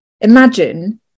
imagine